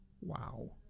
Wow